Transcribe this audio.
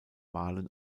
wahlen